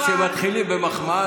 כשמתחילים במחמאה,